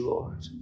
Lord